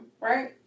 right